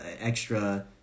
extra